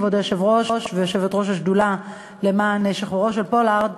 כבוד היושב-ראש ויושבת-ראש השדולה למען שחרורו של פולארד,